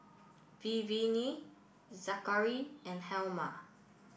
Vivienne Zakary and Helma